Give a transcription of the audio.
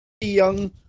young